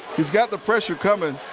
you've got the pressure coming.